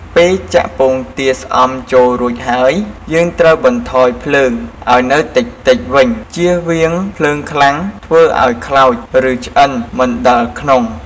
ពេលចាក់ពងទាស្អំចូលរួចហើយ យើងត្រូវបន្ថយភ្លើងឱ្យនៅតិចៗវិញ ជៀសវាងភ្លើងខ្លាំងធ្វើឱ្យខ្លោច ឬ ឆ្អិនមិនដល់ក្នុង។